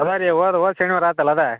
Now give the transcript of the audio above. ಅದ ರೀ ಹೋದ ಹೋದ ಶನಿವಾರ ಆತು ಅಲ್ಲಾ ಅದಾ